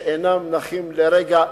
שאינם נחים לרגע,